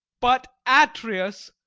but atreus,